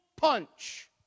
punch